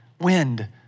wind